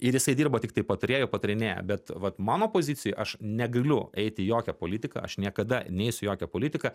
ir jisai dirba tiktai patarėju patarinėja bet vat mano pozicijoj aš negaliu eit į jokią politiką aš niekada neisiu į jokią politiką